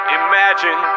imagine